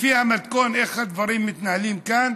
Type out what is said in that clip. לפי המתכון איך הדברים מתנהלים כאן,